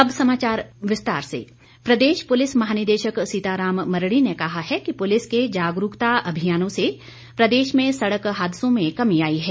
अब समाचार विस्तार से डीजीपी प्रदेश पुलिस महानिदेशक सीताराम मरड़ी ने कहा है कि पुलिस के जागरूकता अभियानों से प्रदेश में सड़क हादसों में कमी आई है